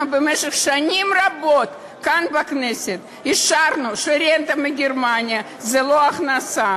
אנחנו לפני שנים רבות כאן בכנסת אישרנו שרנטה מגרמניה זה לא הכנסה,